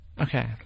okay